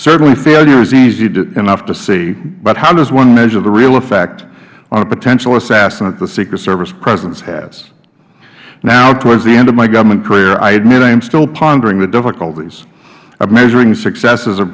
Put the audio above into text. certainly failure is easy enough to see but how does one measure the real effect on a potential assassin that the secret service presence has now towards the end of my government career i admit i am still pondering the difficulties of measuring success